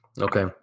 Okay